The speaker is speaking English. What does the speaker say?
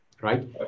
right